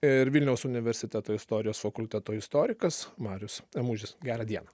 ir vilniaus universiteto istorijos fakulteto istorikas marius emužis gerą dieną